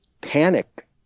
panic